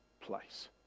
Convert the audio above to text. place